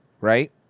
right